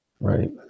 Right